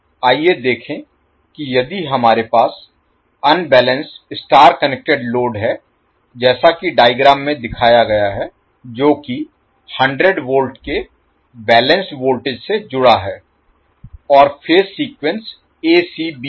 आइए देखें कि यदि हमारे पास अनबैलेंस्ड स्टार कनेक्टेड लोड है जैसा कि डायग्राम में दिखाया गया है जो कि 100 V के बैलेंस्ड वोल्टेज से जुड़ा है और फेज सीक्वेंस acb है